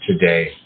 today